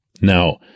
Now